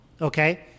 okay